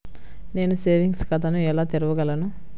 నేను సేవింగ్స్ ఖాతాను ఎలా తెరవగలను?